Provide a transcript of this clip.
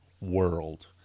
world